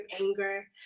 anger